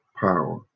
Power